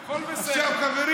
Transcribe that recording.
שום אֵבֶל, הכול בסדר.